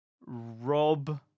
Rob